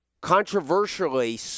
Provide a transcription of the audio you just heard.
controversially